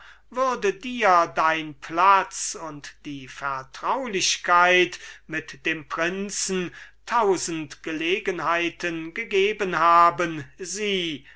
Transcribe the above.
würde dir dein platz und die vertraulichkeit mit dem prinzen tausend gelegenheiten gegeben haben sie